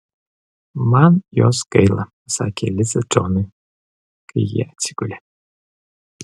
man jos gaila pasakė liza džonui kai jie atsigulė